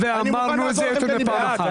אמרנו את זה יותר מפעם אחת.